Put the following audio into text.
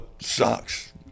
sucks